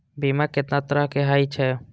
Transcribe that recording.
बीमा केतना तरह के हाई छै?